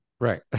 Right